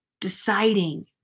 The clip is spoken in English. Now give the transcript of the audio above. deciding